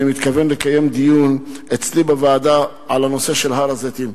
אני מתכוון לקיים דיון אצלי בוועדה בנושא הר-הזיתים.